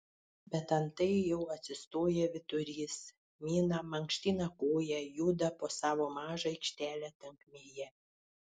bet antai jau atsistoja vyturys mina mankština koją juda po savo mažą aikštelę tankmėje